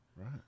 Right